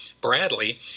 Bradley